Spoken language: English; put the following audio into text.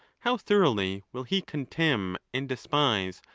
how thoroughly will he contemn and despise,